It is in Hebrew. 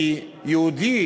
כי יהודי